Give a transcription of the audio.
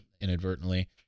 inadvertently